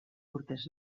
urtez